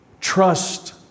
Trust